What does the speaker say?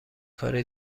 کار